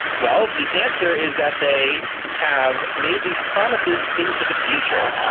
well, the answer is that they have made these promises into the future,